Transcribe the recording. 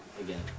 again